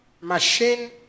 machine